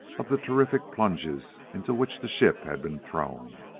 of the terrific plunges into which the ship had been thrown.